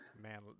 Man